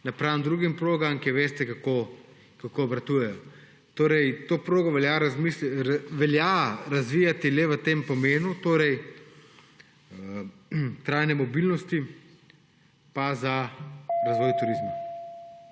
napram drugim progam, ki veste, kako obratujejo. To progo torej velja razvijati le pomenu trajne mobilnosti pa za razvoj turizma.